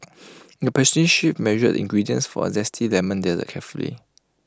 the pastry chef measured the ingredients for A Zesty Lemon Dessert carefully